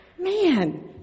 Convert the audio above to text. Man